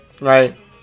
right